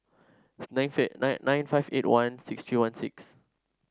nine nine nine five eight one six three one six